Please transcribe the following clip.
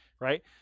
right